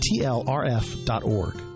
tlrf.org